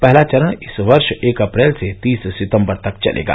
पहला चरण इस वर्ष एक अप्रैल से तीस सितम्बर तक चलेगा